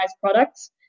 products